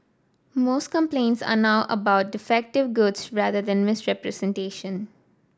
most complaints are now about defective goods rather than misrepresentation